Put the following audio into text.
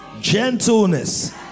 gentleness